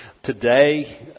today